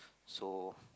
so